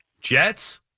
Jets